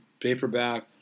paperback